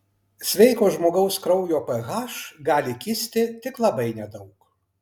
sveiko žmogaus kraujo ph gali kisti tik labai nedaug